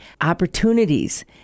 opportunities